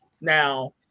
Now